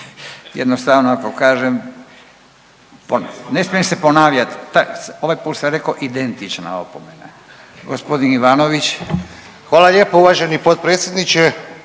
jednostavno ako kažem, ne smijem se ponavljat ovaj put sam rekao identična opomena. Gospodin Ivanović. **Ivanović, Goran (HDZ)** Hvala lijepo uvaženi potpredsjedniče.